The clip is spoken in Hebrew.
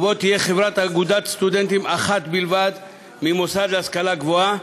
ובו תהיה חברת אגודת סטודנטים אחת בלבד ממוסד להשכלה גבוהה.